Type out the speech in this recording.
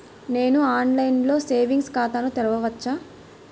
నేను ఆన్లైన్లో సేవింగ్స్ ఖాతాను తెరవవచ్చా?